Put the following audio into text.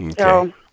Okay